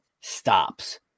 stops